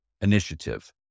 initiative